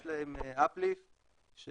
יש להם uplift של